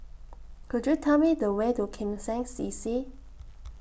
Could YOU Tell Me The Way to Kim Seng C C